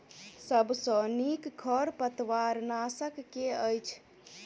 सबसँ नीक खरपतवार नाशक केँ अछि?